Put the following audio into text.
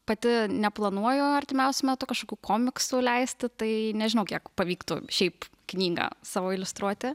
pati neplanuoju artimiausiu metu kažkokių komiksų leisti tai nežinau kiek pavyktų šiaip knygą savo iliustruoti